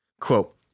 Quote